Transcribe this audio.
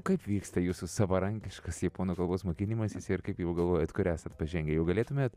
kaip vyksta jūsų savarankiškas japonų kalbos mokinimasis ir kaip jau galvojat kur esat pažengę jau galėtumėt